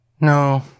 No